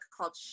called